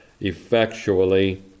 effectually